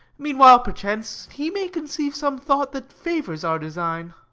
meanwhile, perchance, he may conceive some thought that favours our design.